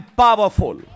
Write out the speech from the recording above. powerful